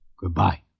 Goodbye